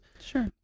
sure